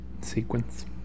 sequence